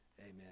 Amen